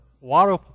water